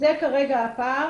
זה כרגע הפער.